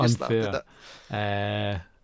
unfair